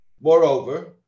Moreover